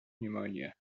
pneumonia